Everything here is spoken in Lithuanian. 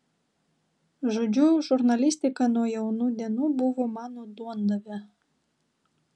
žodžiu žurnalistika nuo jaunų dienų buvo mano duondavė